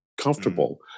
comfortable